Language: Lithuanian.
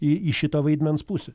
į į šitą vaidmens pusę